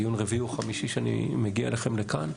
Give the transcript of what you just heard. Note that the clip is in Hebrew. דיון רביעי או חמישי שאני מגיע אליכם כאן,